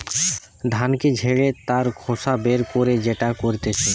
ধানকে ঝেড়ে তার খোসা বের করে যেটা করতিছে